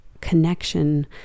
connection